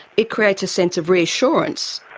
it creates a sense of reassurance?